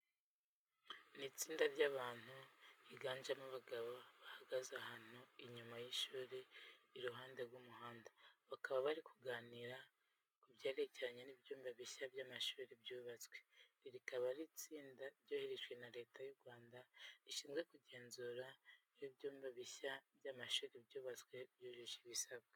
Ni itsinda ry'abantu, higanjemo abagabo, bahagaze ahantu inyuma y'ishuri iruhande rw'umuhanda. Bakaba bari kuganira ku byerekeye ibyumba bishya by'amashuri byubatswe. Iri rikaba ari itsinda ryoherejwe na Leta y'u Rwanda rishinzwe kugenzura niba ibyumba bishya by'amashuri byubatswe byujuje ibisabwa.